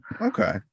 Okay